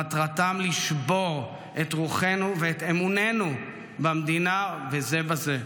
מטרתם לשבור את רוחנו ואת אמוננו במדינה וזה בזה.